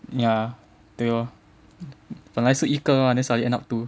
ya 对 lor 本来是一个 [one] then suddenly end up two